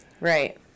Right